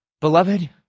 beloved